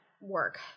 work